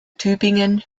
tübingen